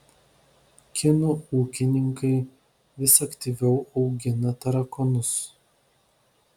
kinų ūkininkai vis aktyviau augina tarakonus